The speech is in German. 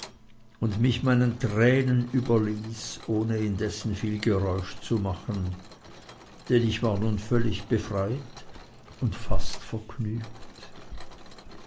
und mich meinen tränen überließ ohne indessen viel geräusch zu machen denn ich war nun völlig befreit und fast vergnügt